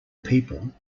people